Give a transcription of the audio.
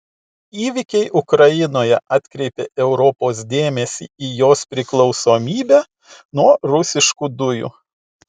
įvykiai ukrainoje atkreipė europos dėmesį į jos priklausomybę nuo rusiškų dujų